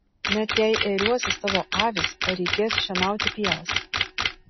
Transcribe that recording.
net jei ėriuosis tavo avys ar reikės šienauti pievas